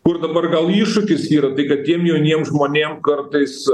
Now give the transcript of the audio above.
kur dabar gal iššūkis yra tai kad tiem jauniem žmonėm kartais